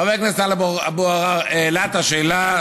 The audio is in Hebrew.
חבר הכנסת טלב אבו עראר העלה את השאלה,